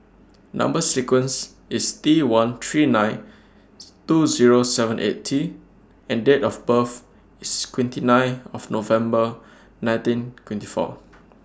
Number sequence IS T one three ninth two Zero seven eight T and Date of birth IS twenty nine of November nineteen twenty four